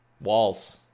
Walls